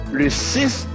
resist